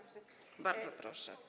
Bardzo proszę.